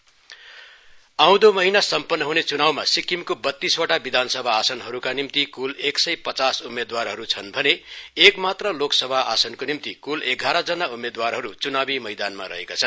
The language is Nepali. इलेक्शन प्रोफाइल आउँदो महिना सम्पन्न ह्ने चुनावमा सिक्किमको बतीसवटा विधान सभा आसनहरूमा निम्ति क्ल एकसय पचास उम्मेदवारहरू छन् भने एकमात्र लोकसभा आसनको निम्ति क्ल एघाह्रजना उम्मेदवारहरू च्नावी मैदानमा रहेका छन्